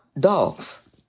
Dogs